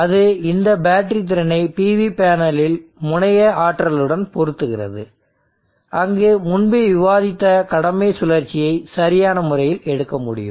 அது இந்த பேட்டரி திறனை PV பேனலின் முனைய ஆற்றலுடன் பொருத்துகிறது அங்கு முன்பு விவாதித்த கடமை சுழற்சியை சரியான முறையில் எடுக்க முடியும்